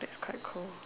that's quite cool